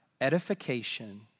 edification